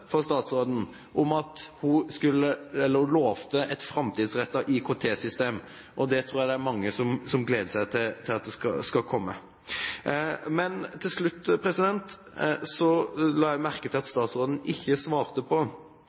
at statsråden lovet et framtidsrettet IKT-system. Det tror jeg det er mange som gleder seg til skal komme. Til slutt: Jeg la merke til at statsråden ikke svarte på